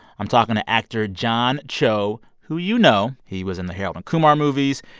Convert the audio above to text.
i'm talking to actor john cho, who you know. he was in the harold and kumar movies.